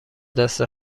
دست